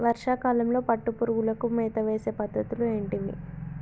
వర్షా కాలంలో పట్టు పురుగులకు మేత వేసే పద్ధతులు ఏంటివి?